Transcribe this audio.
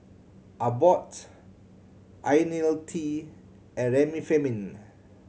Abbott Ionil T and Remifemin